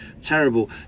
terrible